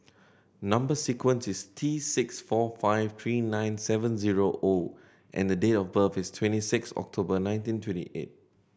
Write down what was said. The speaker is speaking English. number sequence is T six four five three nine seven zero O and the date of birth is twenty six October nineteen twenty eight